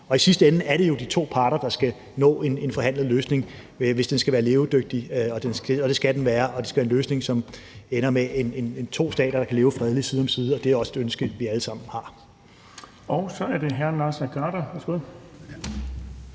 Og i sidste ende er det jo de to parter, der skal nå en forhandlet løsning, hvis den skal være levedygtig. Det skal den være, og det skal være en løsning, som ender med, at de to stater kan leve fredeligt side om side – og det er også det ønske, vi alle sammen har. Kl. 17:02 Den fg. formand